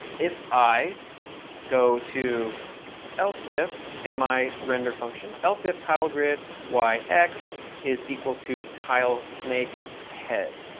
if i go to else if in my render function, else if tilegrid y, x is equal to tile snake head.